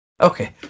Okay